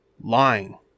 lying